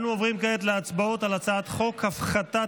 יש מיקרופון לחברת הכנסת